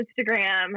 Instagram